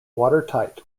watertight